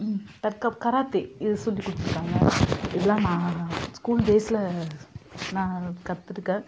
தற்காப்பு கராத்தே இது சொல்லிக் கொடுத்துருக்காங்க இதெல்லாம் நான் ஸ்கூல் டேஸில் நான் கற்றுக்கிட்டேன்